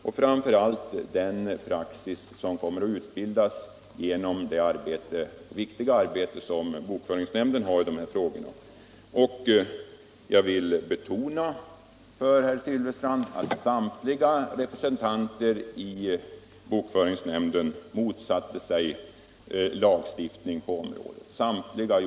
Och framför allt bör vi avvakta den praxis som kommer att utbildas genom det viktiga arbete som bokföringsnämnden lägger ned på de här frågorna. Jag vill betona för herr Silfverstrand att samtliga representanter i bokföringsnämnden motsatte sig lagstiftning på området.